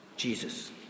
Jesus